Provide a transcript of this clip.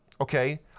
Okay